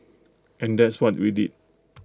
and that's what we did